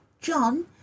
John